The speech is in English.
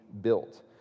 built